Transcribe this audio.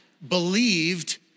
believed